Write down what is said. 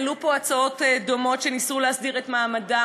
עלו פה הצעות דומות שניסו להסדיר את מעמדן,